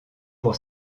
pour